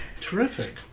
Terrific